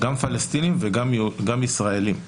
גם פלסטינים וגם ישראלים יהודים,